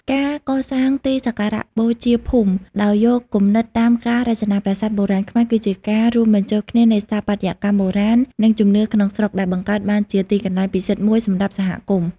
ការកសាងទីសក្ការៈបូជាភូមិ ដោយយកគំនិតតាមការរចនាប្រាសាទបុរាណខ្មែរ គឺជាការរួមបញ្ចូលគ្នានៃស្ថាបត្យកម្មបុរាណ និងជំនឿក្នុងស្រុក ដែលបង្កើតបានជាទីកន្លែងពិសិដ្ឋមួយសម្រាប់សហគមន៍។